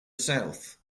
south